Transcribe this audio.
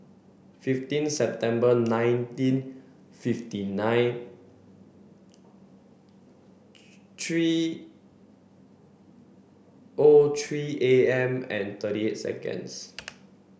fifteen September nineteen fifty nine three O three A M and thirty eight seconds